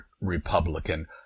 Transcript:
Republican